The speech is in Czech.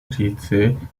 říci